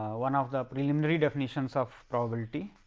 one of the preliminary definitions of probability,